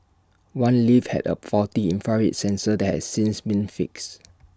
one lift had A faulty infrared sensor that has since been fixed